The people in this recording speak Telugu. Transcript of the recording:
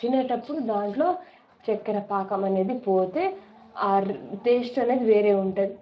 తినేటప్పుడు దాంట్లో చక్కెర పాకం అనేది పోతే ఆ టేస్ట్ అనేది వేరే ఉంటుంది